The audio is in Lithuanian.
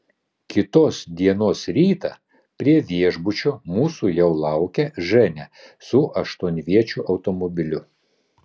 kitos dienos rytą prie viešbučio mūsų jau laukė ženia su aštuonviečiu automobiliu